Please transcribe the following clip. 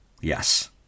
Yes